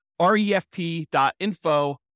refp.info